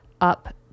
up